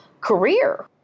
career